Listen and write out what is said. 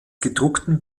gedruckten